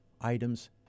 items